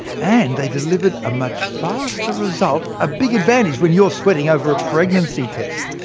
and they delivered a much faster result a big advantage when you're sweating over a pregnancy test!